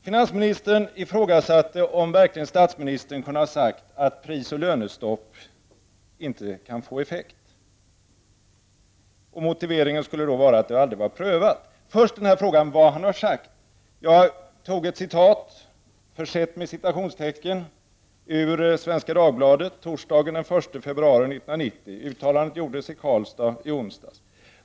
Finansministern ifrågasatte om statsministern verkligen kunde ha sagt att prisoch lönestopp inte kan få någon effekt. Motiveringen till detta skulle vara att det aldrig har prövats. Vad har statsministern sagt? Jag har ett direkt citat, försett med citationstecken, från Svenska Dagbladet torsdagen den 1 februari 1990. Uttalandet gjordes i Karlstad i onsdags.